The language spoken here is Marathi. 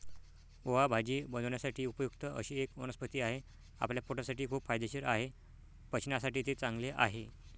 ओवा भाजी बनवण्यासाठी उपयुक्त अशी एक वनस्पती आहे, आपल्या पोटासाठी खूप फायदेशीर आहे, पचनासाठी ते चांगले आहे